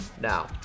now